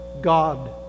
God